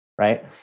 Right